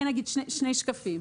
שקפים.